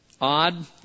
odd